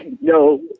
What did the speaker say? no